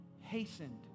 hastened